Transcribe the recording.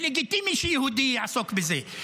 זה לגיטימי שיהודי יעסוק בזה,